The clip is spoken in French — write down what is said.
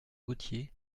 gautier